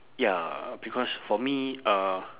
ya because for me uh